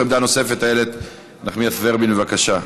עמדה נוספת, איילת נחמיאס ורבין, בבקשה.